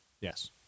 yes